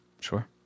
sure